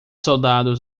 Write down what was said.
soldados